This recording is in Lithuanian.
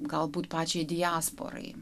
galbūt pačiai diasporai